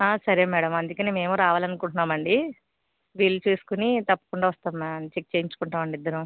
సరే మేడం అందుకనే మేము రావాలనుకుంట్నామండి వీలు చూసుకుని తప్పకుండా వస్తాం మేము చెక్ చెయ్యంచుకుంటామండి ఇద్దరం